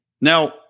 Now